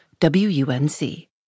WUNC